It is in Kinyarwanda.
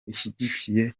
ishyigikiye